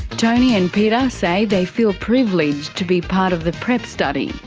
tony and peter say they feel privileged to be part of the prep study,